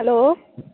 hello